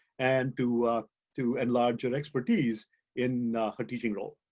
and to to enlarge her expertise in her teaching role.